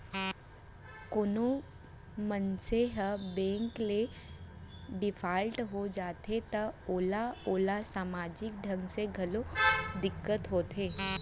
कोनो मनसे ह बेंक ले डिफाल्टर हो जाथे त ओला ओला समाजिक ढंग ले घलोक दिक्कत होथे